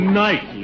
night